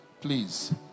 please